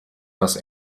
das